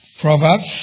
Proverbs